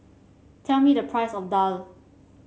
tell me the price of daal